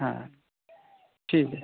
হ্যাঁ ঠিক আছে